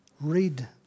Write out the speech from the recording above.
read